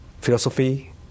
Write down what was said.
philosophy